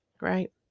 Right